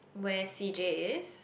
where C_J is